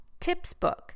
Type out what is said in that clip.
tipsbook